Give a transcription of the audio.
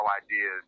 idea